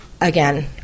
again